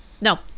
no